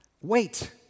Wait